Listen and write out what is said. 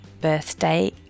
birthday